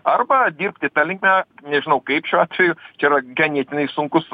arba dirbti ta linkme nežinau kaip šiuo atveju čia yra ganėtinai sunkus